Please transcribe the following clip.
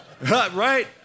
Right